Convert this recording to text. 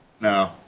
No